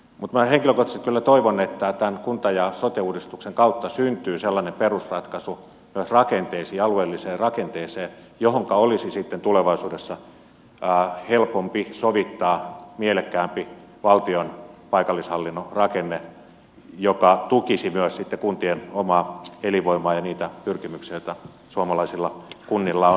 mutta minä henkilökohtaisesti kyllä toivon että tämän kunta ja sote uudistuksen kautta syntyy sellainen perusratkaisu myös rakenteisiin alueelliseen rakenteeseen johonka olisi sitten tulevaisuudessa helpompi sovittaa mielekkäämpi valtion paikallishallinnon rakenne joka tukisi myös sitten kuntien omaa elinvoimaa ja niitä pyrkimyksiä joita suomalaisilla kunnilla on